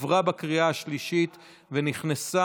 נתקבל.